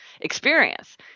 experience